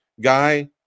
guy